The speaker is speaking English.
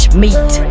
meat